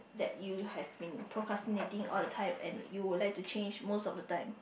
that you have been procrastinating all the time and you would like to change most of the time